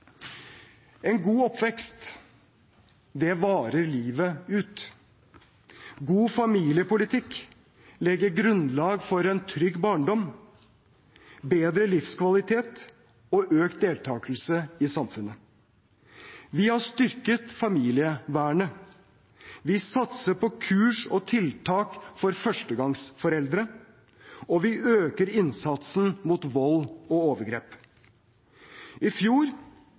En god oppvekst varer livet ut. God familiepolitikk legger grunnlaget for en trygg barndom, bedre livskvalitet og økt deltakelse i samfunnet. Vi har styrket familievernet. Vi satser på kurs og tiltak for førstegangsforeldre. Og vi øker innsatsen mot vold og overgrep. I fjor